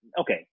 Okay